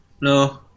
no